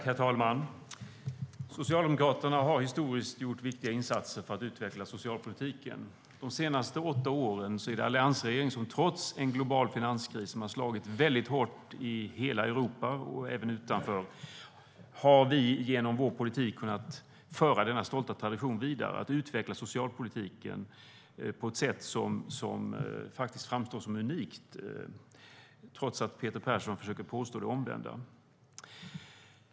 Herr talman! Socialdemokraterna har historiskt gjort viktiga insatser för att utveckla socialpolitiken. De senaste åtta åren är det alliansregeringen som, trots en global finanskris som har slagit väldigt hårt i hela Europa och även utanför, har kunnat föra denna stolta tradition vidare och utveckla socialpolitiken på ett sätt som faktiskt framstår som unikt, även om Peter Persson försöker påstå det omvända.